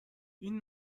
این